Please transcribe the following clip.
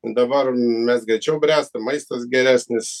dabar mes greičiau bręstam maistas geresnis